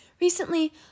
Recently